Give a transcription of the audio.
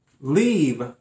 Leave